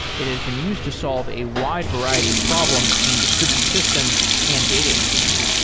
it has been used to solve a wide variety of problems in distributed systems and data engineering.